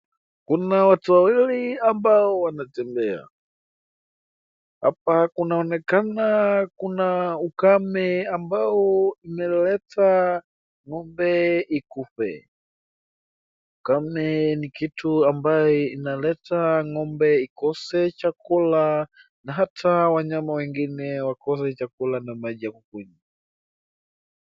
Kuna watu wawili ambao wanatembea. Hapa kunaonekana kuna ukame ambao imeleta ng'ombe ikufe. Ukame ni kitu ambaye inaleta ng'ombe ikose chakula na hata wanyama wengine wakose chakula na maji ya kunywa.